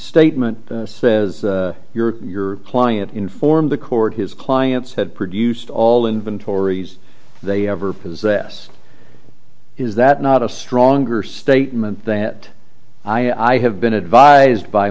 statement says your client informed the court his clients had produced all inventories they ever possessed is that not a stronger statement that i i have been advised by